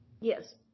Yes